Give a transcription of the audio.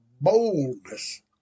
boldness